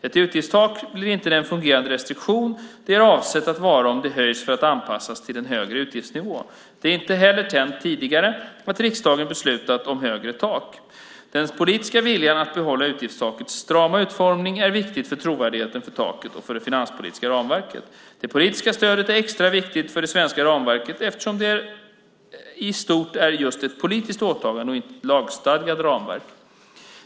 Ett utgiftstak blir inte den fungerande restriktion det är avsett att vara om det höjs för att anpassas till en högre utgiftsnivå. Det har inte heller hänt tidigare att riksdagen beslutat om högre tak. Den politiska viljan att behålla utgiftstakets strama utformning är viktig för trovärdigheten för taket och för det finanspolitiska ramverket. Det politiska stödet är extra viktigt för det svenska ramverket eftersom det i stort är just ett politiskt åtagande och inte ett lagstadgat ramverk.